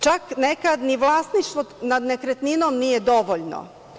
Čak nekad ni vlasništvo nad nekretninom nije dovoljno.